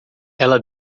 ela